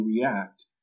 react